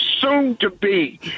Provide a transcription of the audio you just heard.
soon-to-be